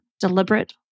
deliberate